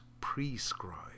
prescribe